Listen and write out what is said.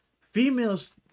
females